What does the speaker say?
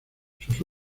sus